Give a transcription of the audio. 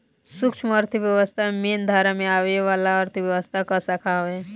सूक्ष्म अर्थशास्त्र मेन धारा में आवे वाला अर्थव्यवस्था कअ शाखा हवे